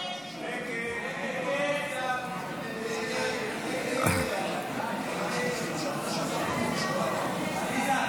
ההצעה להעביר לוועדה את הצעת חוק הגנת הצרכן (תיקון,